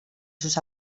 sus